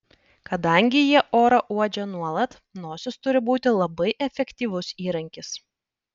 kadangi jie orą uodžia nuolat nosis turi būti labai efektyvus įrankis